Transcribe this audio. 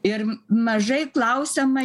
ir mažai klausiama